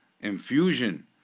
infusion